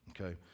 okay